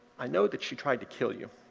i know that she tried to kill you.